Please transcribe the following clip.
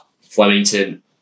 Flemington